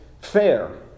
fair